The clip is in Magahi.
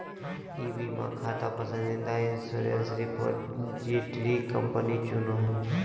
ई बीमा खाता पसंदीदा इंश्योरेंस रिपोजिटरी कंपनी चुनो हइ